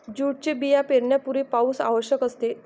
जूटचे बिया पेरण्यापूर्वी पाऊस आवश्यक असते